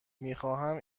میخواهم